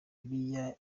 buriya